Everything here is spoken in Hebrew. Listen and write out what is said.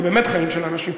זה באמת חיים של אנשים,